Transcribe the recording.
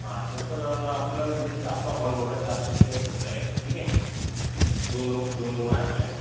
हा सर तर आपलं म्हणजे चा आपला हॉल बघा चारशे स्केअर फूटचा आहे ठीक आहे दोन रूम दोन रूम आहे आपले